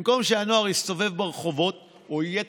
במקום שהנוער יסתובב ברחובות או יהיה